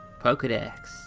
Pokedex